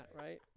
right